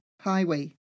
Highway